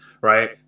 right